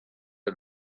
est